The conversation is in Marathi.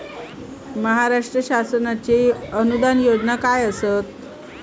महाराष्ट्र शासनाचो अनुदान योजना काय आसत?